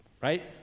right